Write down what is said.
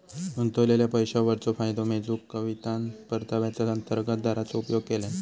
गुंतवलेल्या पैशावरचो फायदो मेजूक कवितान परताव्याचा अंतर्गत दराचो उपयोग केल्यान